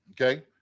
okay